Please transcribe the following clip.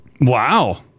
Wow